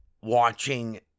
watching